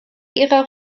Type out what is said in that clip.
ihrer